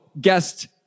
guest